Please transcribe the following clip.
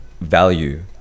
value